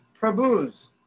Prabhu's